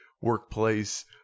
workplace